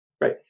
Right